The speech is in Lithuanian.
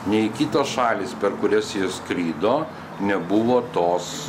nei kitos šalys per kurias jis skrido nebuvo tos